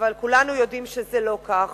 אבל כולנו יודעים שזה לא כך